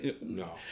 no